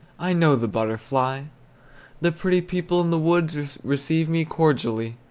i know the butterfly the pretty people in the woods receive me cordially.